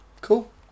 Cool